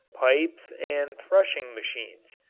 pipes and threshing machines.